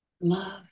love